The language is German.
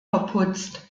verputzt